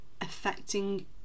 affecting